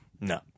no